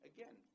Again